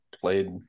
played